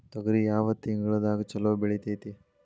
ತೊಗರಿ ಯಾವ ತಿಂಗಳದಾಗ ಛಲೋ ಬೆಳಿತೈತಿ?